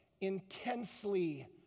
intensely